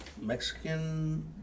Mexican